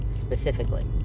specifically